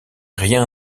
rien